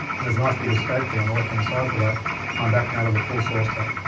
and there's a nice, big escape key on the left-hand side for that. and i'm back now to the full source tape.